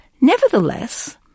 Nevertheless